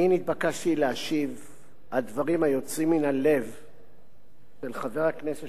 אני נתבקשתי להשיב על הדברים היוצאים מן הלב של חבר הכנסת